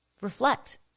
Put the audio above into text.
Reflect